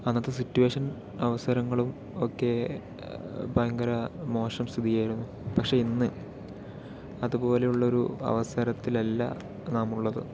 അന്നത്തെ സിറ്റുവേഷൻ അവസരങ്ങളും ഒക്കെ ഭയങ്കര മോശം സ്ഥിതിയായിരുന്നു പക്ഷേ ഇന്ന് അതുപോലെയുള്ള ഒരു അവസരത്തിൽ അല്ല നാം ഉള്ളത്